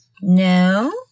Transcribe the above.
No